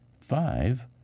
Five